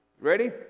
Ready